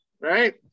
right